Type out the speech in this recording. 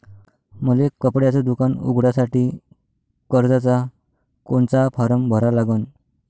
मले कपड्याच दुकान उघडासाठी कर्जाचा कोनचा फारम भरा लागन?